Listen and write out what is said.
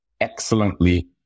excellently